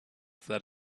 that